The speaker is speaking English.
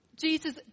Jesus